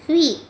sweet